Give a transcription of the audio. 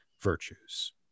virtues